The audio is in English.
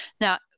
Now